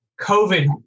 COVID